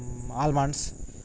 almonds